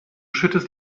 schüttest